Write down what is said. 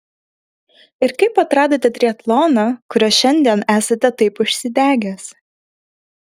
ir kaip atradote triatloną kuriuo šiandien esate taip užsidegęs